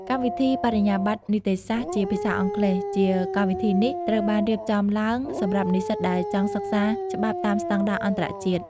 កម្មវិធីបរិញ្ញាបត្រនីតិសាស្ត្រជាភាសាអង់គ្លេស ជាកម្មវិធីនេះត្រូវបានរៀបចំឡើងសម្រាប់និស្សិតដែលចង់សិក្សាច្បាប់តាមស្តង់ដារអន្តរជាតិ។